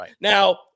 Now